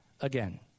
again